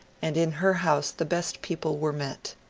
and in her house the best people were met.